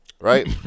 Right